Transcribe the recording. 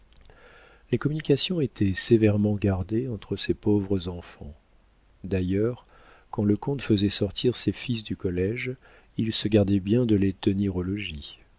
les communications étaient sévèrement gardées entre ces pauvres enfants d'ailleurs quand le comte faisait sortir ses fils du collége il se gardait bien de les tenir